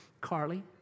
Carly